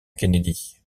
kennedy